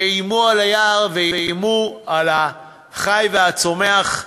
שאיימו על היער ואיימו על החי והצומח,